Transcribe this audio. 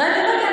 רגע, רגע.